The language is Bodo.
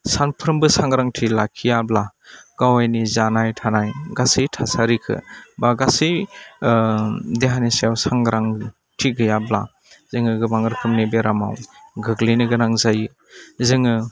सानफ्रोमबो सांग्रांथि लाखियाब्ला गावनि जानाय थानाय गासै थासारिखौ बा गासै देहानि सायाव सांग्रांथि गैयाब्ला जोङो गोबां रोखोमनि बेरामाव गोग्लैनो गोनां जायो जोङो